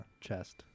chest